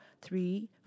three